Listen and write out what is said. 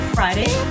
Friday